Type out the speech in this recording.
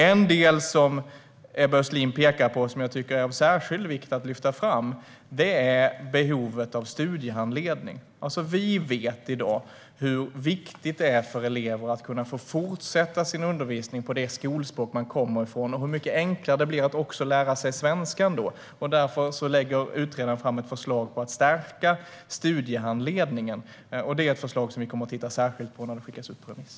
En del som Ebba Östlin pekar på och som är särskilt viktig att lyfta fram är behovet av studiehandledning. Vi vet i dag hur viktigt det är för elever att kunna fortsätta få sin undervisning på det skolspråk som man kommer från och hur mycket det enklare det då blir att lära sig svenskan. Därför lägger utredaren fram ett förslag om att stärka studiehandledningen. Det är ett förslag som vi kommer att titta särskilt på när det skickats ut på remiss.